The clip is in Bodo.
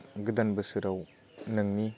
गोदान बोसोराव नोंनि